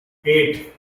eight